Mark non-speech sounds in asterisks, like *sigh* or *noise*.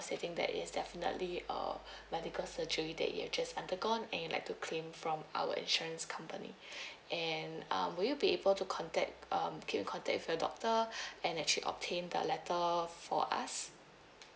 stating that it's definitely a *breath* medical surgery that you have just undergone and you like to claim from our insurance company *breath* and uh will you be able to contact um can you contact with your doctor *breath* and actually obtain the letter for us